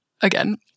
again